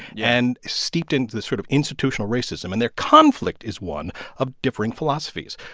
yeah. and steeped into this sort of institutional racism. and their conflict is one of differing philosophies.